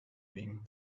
being